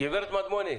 גברת מדמוני.